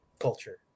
Culture